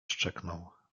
szczeknął